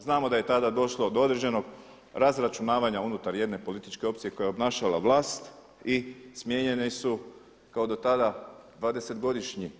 Znamo da je tada došlo do određenog razračunavanja unutar jedne političke opcije koja je obnašala vlast i smijenjene su kao i do tada 20-godišnji